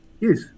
Yes